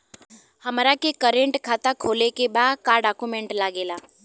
हमारा के करेंट खाता खोले के बा का डॉक्यूमेंट लागेला?